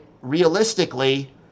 realistically